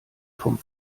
vom